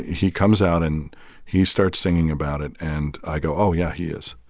he comes out, and he starts singing about it. and i go oh, yeah. he is.